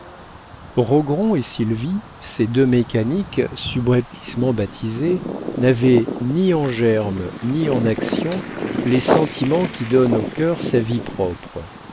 rogron et sylvie ces deux mécaniques subrepticement baptisées n'avaient ni en germe ni en action les sentiments qui donnent au cœur sa vie propre